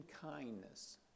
kindness